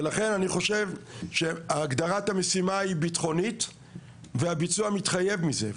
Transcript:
ולכן אני חושב שהגדרת המשימה היא ביטחונית והביצוע מתחייב מזה.